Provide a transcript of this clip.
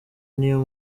niyo